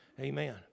Amen